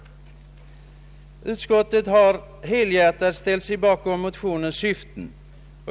Utskottet har helhjärtat ställt sig bakom motionernas syften.